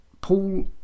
Paul